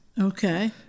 Okay